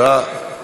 מודה ועוזב ירוחם.